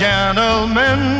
gentlemen